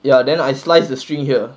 ya then I sliced the string here